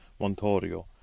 montorio